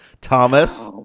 Thomas